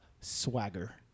swagger